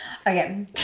Okay